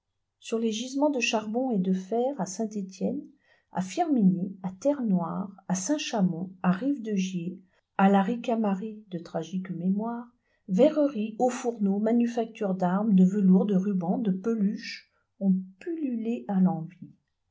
sur les gisements de charbon et de fer à saint-etienne à firminy à terrenoire à saint chamond à rive de gier à la ricamarie de tragique mémoire verreries hauts fourneaux manufactures d'armes de velours de rubans de peluches ont pullulé à l'envi